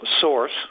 source